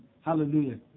Hallelujah